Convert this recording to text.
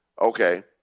Okay